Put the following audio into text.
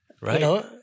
right